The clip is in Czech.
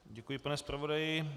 Děkuji, pane zpravodaji.